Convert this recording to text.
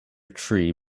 tree